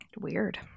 Weird